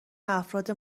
افراد